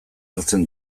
hartzen